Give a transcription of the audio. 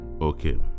okay